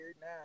now